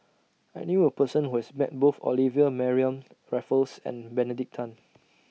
I knew A Person Who has Met Both Olivia Mariamne Raffles and Benedict Tan